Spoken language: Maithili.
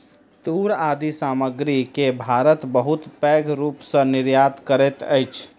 तूर आदि सामग्री के भारत बहुत पैघ रूप सॅ निर्यात करैत अछि